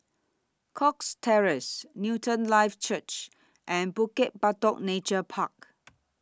Cox Terrace Newton Life Church and Bukit Batok Nature Park